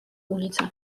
ulice